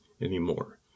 anymore